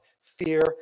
fear